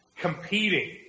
competing